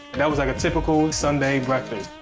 that was like a typical sunday breakfast.